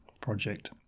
project